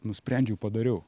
nusprendžiau padariau